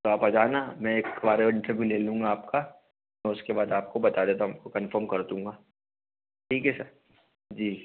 तो आप आ जाना मैं एक बार इंटरव्यू ले लूँगा आपका उसके बाद आपको बता देता हूँ कंफर्म कर दूँगा ठीक है सर जी